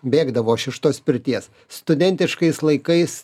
bėgdavau aš iš tos pirties studentiškais laikais